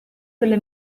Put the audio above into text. delle